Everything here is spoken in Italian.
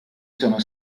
sono